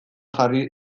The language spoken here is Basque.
jarri